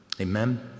Amen